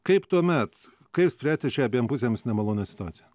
kaip tuomet kaip spręsti šią abiem pusėms nemalonią situaciją